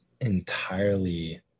entirely